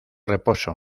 reposo